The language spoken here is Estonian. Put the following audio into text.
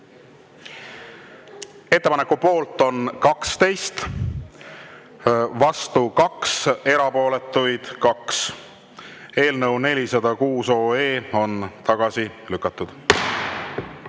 Ettepaneku poolt on 12, vastu 2, erapooletuid 2. Eelnõu 406 on tagasi lükatud.